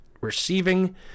Receiving